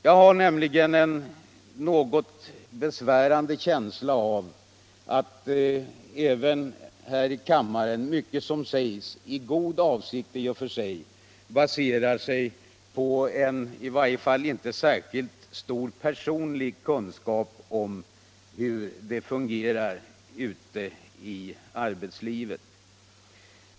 Jag har nämligen en något besvärande känsla av att även här i kammaren mycket som sägs i god avsikt är baserat på en i varje fall inte särskilt stor personlig kunskap om hur det fungerar ute i arbetslivet.